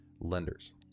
lenders